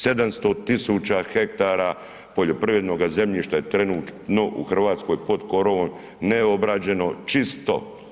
700 tisuća hektara poljoprivrednoga zemljišta je trenutno u Hrvatskoj pod korovom, neobrađeno, čisto.